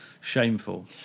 shameful